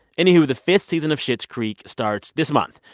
any who, the fifth season of schitt's creek starts this month.